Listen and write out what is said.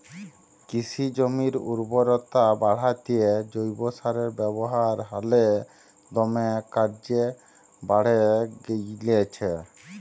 কিসি জমির উরবরতা বাঢ়াত্যে জৈব সারের ব্যাবহার হালে দমে কর্যে বাঢ়্যে গেইলছে